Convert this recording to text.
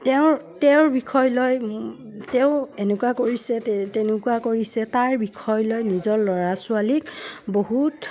তেওঁৰ তেওঁৰ বিষয়লৈ তেওঁ এনেকুৱা কৰিছে তে তেনেকুৱা কৰিছে তাৰ বিষয়লৈ নিজৰ ল'ৰা ছোৱালীক বহুত